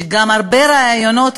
שהרבה רעיונות,